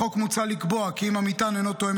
בחוק מוצע לקבוע כי אם המטען אינו תואם